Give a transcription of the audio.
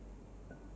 ya